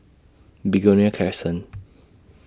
Begonia Crescent